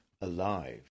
Alive